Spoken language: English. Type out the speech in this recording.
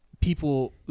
people